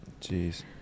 jeez